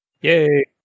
yay